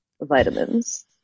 vitamins